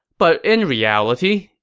but in reality,